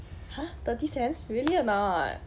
!huh! thirty cents really or not